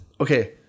Okay